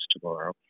tomorrow